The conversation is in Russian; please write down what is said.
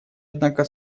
однако